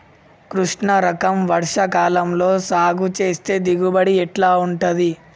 కృష్ణ రకం వర్ష కాలం లో సాగు చేస్తే దిగుబడి ఎట్లా ఉంటది?